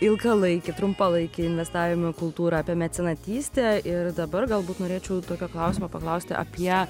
ilgalaikį trumpalaikį investavimą į kultūrą apie mecenatystę ir dabar galbūt norėčiau tokio klausimo paklausti apie